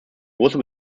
große